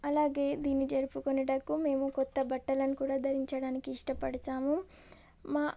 అలాగే దీన్ని జరుపుకొనుటకు మేము క్రొత్త బట్టలను కూడా ధరించడానికి ఇష్టపడతాము మా